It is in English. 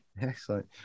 Excellent